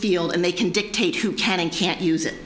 deal and they can dictate who can and can't use it